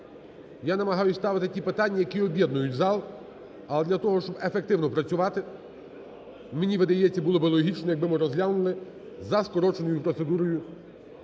я намагаюсь ставити ті питання, які об'єднують зал. Але для того, щоб ефективно працювати, мені видається, було би логічно, якби ми розглянули за скороченою процедурою